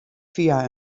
fia